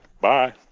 Bye